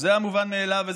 זה המובן מאליו,